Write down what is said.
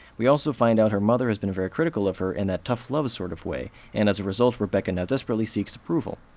we also find out her mother has been very critical of her in that tough-love sort of way, and as a result, rebecca now desperately seeks approval.